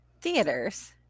theaters